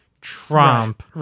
Trump